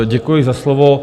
Děkuji za slovo.